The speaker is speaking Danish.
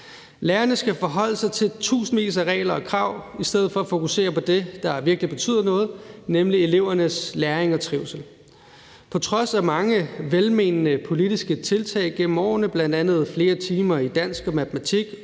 Lærerne skal forholde sig til tusindvis af regler og krav i stedet for at fokusere på det, der virkelig betyder noget, nemlig elevernes læring og trivsel. På trods af mange velmenende politiske tiltag igennem årene, bl.a. flere timer i dansk og matematik,